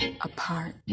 Apart